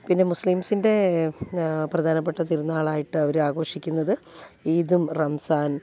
പിന്നെ മുസ്ലിംസിൻ്റെ പ്രധാനപ്പെട്ട തിരുനാളായിട്ട് അവർ ആഘോഷിക്കുന്നത് ഈദും റംസാൻ